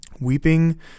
Weeping